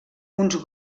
uns